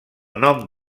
nom